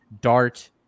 Dart